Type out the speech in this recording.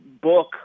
book